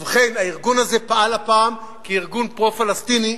ובכן, הארגון הזה פעל הפעם כארגון פרו-פלסטיני.